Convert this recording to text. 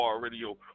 Radio